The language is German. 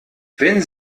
wenn